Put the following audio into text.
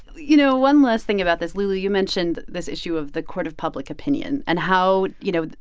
you know, one last thing about this lulu, you mentioned this issue of the court of public opinion and how, you know,